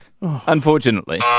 Unfortunately